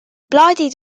plaadid